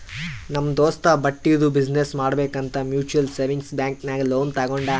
ನಮ್ ದೋಸ್ತ ಬಟ್ಟಿದು ಬಿಸಿನ್ನೆಸ್ ಮಾಡ್ಬೇಕ್ ಅಂತ್ ಮ್ಯುಚುವಲ್ ಸೇವಿಂಗ್ಸ್ ಬ್ಯಾಂಕ್ ನಾಗ್ ಲೋನ್ ತಗೊಂಡಾನ್